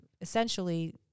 essentially